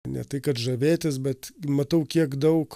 ne tai kad žavėtis bet matau kiek daug